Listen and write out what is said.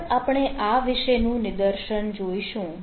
આગળ આપણે આ વિશેનું નિદર્શન જોઈશું